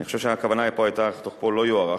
אני חושב שהכוונה פה היתה: תוקפו לא יוארך